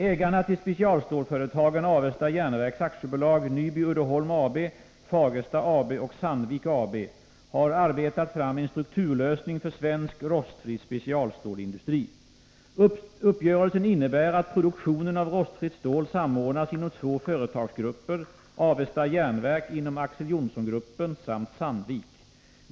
Ägarna till specialstålsföretagen Avesta Jernverks AB, Nyby-Uddeholm AB, Fagersta AB och Sandvik AB har arbetat fram en strukturlösning för svensk rostfri specialstålsindustri. Uppgörelsen innebär att produktionen av rostfritt stål samordnas inom två företagsgrupper, Avesta Jernverk inom Axel Johnsson-gruppen samt Sandvik.